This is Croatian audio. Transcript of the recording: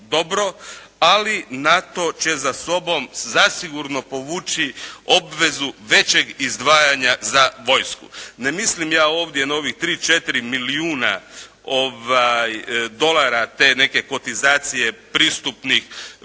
dobro, ali NATO će za sobom zasigurno povući obvezu većeg izdvajanja za vojsku. Ne mislim ja ovdje na ovih 3, 4 milijuna dolara te neke kvotizacije pristupnog